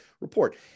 report